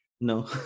No